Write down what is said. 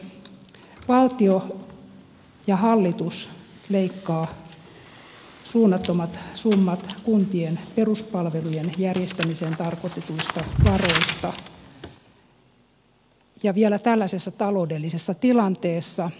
valtio ja hallitus leikkaa suunnattomat summat kuntien peruspalvelujen järjestämiseen tarkoitetuista varoista ja vielä tällaisessa taloudellisessa tilanteessa